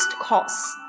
Cost